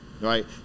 right